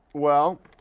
well,